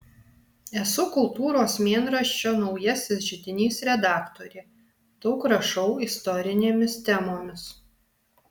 esu kultūros mėnraščio naujasis židinys redaktorė daug rašau istorinėmis temomis